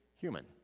human